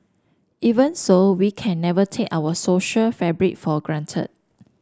even so we can never take our social fabric for granted